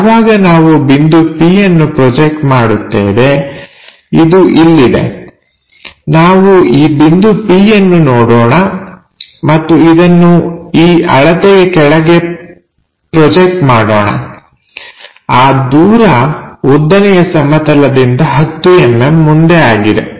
ಯಾವಾಗ ನಾವು ಬಿಂದು p ಯನ್ನು ಪ್ರೊಜೆಕ್ಟ್ ಮಾಡುತ್ತೇವೆ ಇದು ಇಲ್ಲಿದೆ ನಾವು ಈ ಬಿಂದು p ಯನ್ನು ನೋಡೋಣ ಮತ್ತು ಇದನ್ನು ಈ ಅಳತೆಗೆ ಕೆಳಗೆ ಪ್ರೊಜೆಕ್ಟ್ ಮಾಡೋಣ ಆ ದೂರ ಉದ್ದನೆಯ ಸಮತಲದಿಂದ 10mm ಮುಂದೆ ಆಗಿದೆ